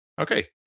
Okay